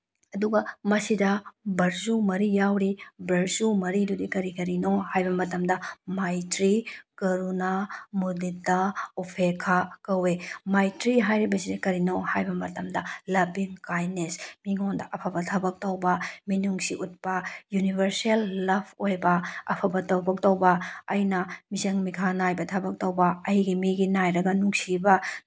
ꯑꯗꯨꯒ ꯃꯁꯤꯗ ꯚꯔꯆꯨ ꯃꯔꯤ ꯌꯥꯎꯔꯤ ꯚꯔꯆꯨ ꯃꯔꯤꯗꯨꯗꯤ ꯀꯔꯤ ꯀꯔꯤꯅꯣ ꯍꯥꯏꯕ ꯃꯇꯝꯗ ꯃꯥꯏꯇ꯭ꯔꯤ ꯀꯔꯨꯅꯥ ꯃꯨꯗꯤꯇꯥ ꯑꯣꯐꯦꯈꯥ ꯀꯧꯑꯦ ꯃꯥꯏꯇ꯭ꯔꯤ ꯍꯥꯏꯔꯤꯕꯁꯤ ꯀꯔꯤꯅꯣ ꯍꯥꯏꯕ ꯃꯇꯝꯗ ꯂꯕꯤꯡ ꯀꯥꯏꯟꯅꯦꯁ ꯃꯤꯉꯣꯟꯗ ꯑꯐꯕ ꯊꯕꯛ ꯇꯧꯕ ꯃꯤꯅꯨꯡꯁꯤ ꯎꯠꯄ ꯌꯨꯅꯤꯚꯔꯁꯦꯜ ꯂꯞ ꯑꯣꯏꯕ ꯑꯐꯕ ꯊꯕꯛ ꯇꯧꯕ ꯑꯩꯅ ꯃꯤꯆꯪ ꯃꯤꯈꯥꯏ ꯅꯥꯏꯕ ꯊꯕꯛ ꯇꯧꯕ ꯑꯩꯒꯤ ꯃꯤꯒꯤ ꯅꯥꯏꯔꯒ ꯅꯨꯡꯁꯤꯕ